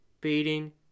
beating